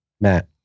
Matt